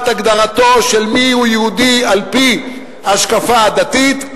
הגדרתו של מיהו יהודי על-פי ההשקפה הדתית,